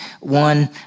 one